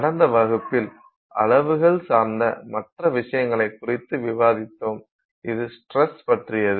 கடந்த வகுப்பில் அளவுகள் சார்ந்த மற்ற விஷயங்களை குறித்து விவாதித்தோம் இது ஸ்ட்ரஸ் பற்றியது